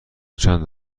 چند